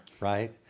right